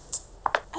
okay